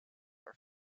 are